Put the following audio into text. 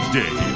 day